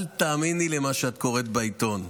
אל תאמיני למה שאת קוראת בעיתון.